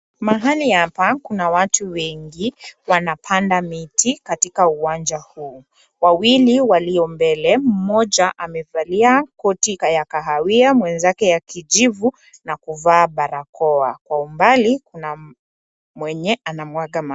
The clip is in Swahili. Mahali hapa kuna watu wengi wanapanda miti katika uwanja huu. Wawili walio mbele, mmoja amevalia koti ya kahawia mwenzake ya kijivu na kuvaa barakoa. Kwa umbali kuna mwenye anamwanga maji.